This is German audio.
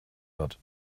wird